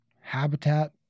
habitat